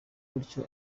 bityo